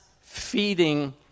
feeding